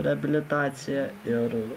reabilitacija ir